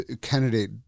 candidate